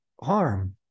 harm